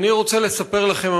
אני רוצה לספר לכם,